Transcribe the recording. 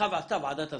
עשה ועדת הסדרה.